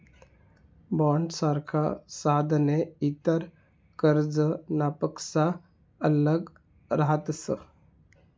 बॉण्डसारखा साधने इतर कर्जनापक्सा आल्लग रहातस